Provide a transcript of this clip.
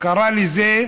קרא לזה,